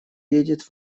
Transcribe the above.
едет